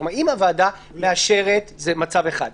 אם הוועדה מאשרת זה מצב אחד,